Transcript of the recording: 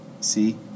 See